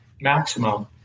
maximum